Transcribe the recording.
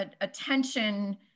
attention